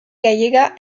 gallega